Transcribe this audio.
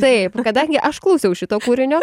taip kadangi aš klausiau šito kūrinio